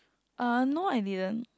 uh no I didn't